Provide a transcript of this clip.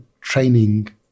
training